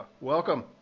Welcome